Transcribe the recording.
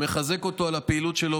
אני מברך את חנוך ומחזק אותו על הפעילות שלו